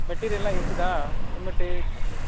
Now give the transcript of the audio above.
மெட்டீரியல்லாம் இருக்குதா சம்பட்டி